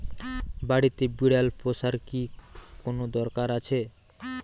বাড়িতে বিড়াল পোষার কি কোন দরকার আছে?